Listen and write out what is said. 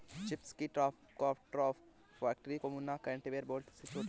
chips की factory में मुन्ना को कन्वेयर बेल्ट से चोट लगी है